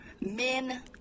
men